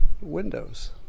windows